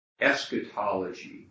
eschatology